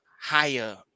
higher